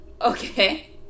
Okay